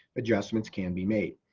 adjustments can be made.